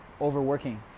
overworking